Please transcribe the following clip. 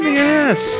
yes